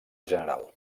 general